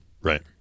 Right